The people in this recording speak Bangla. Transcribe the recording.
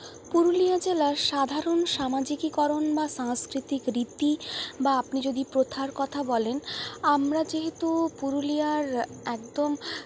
পুরুলিয়া জেলার সাধারণ সামাজিকীকরণ বা সাংস্কৃতিক রীতি বা আপনি যদি প্রথার কথা বলেন আমরা যেহেতু পুরুলিয়ার একদম